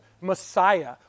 Messiah